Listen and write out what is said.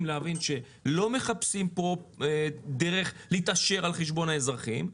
להבין שלא מחפשים פה דרך להתעשר על חשבון האזרחים.